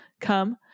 come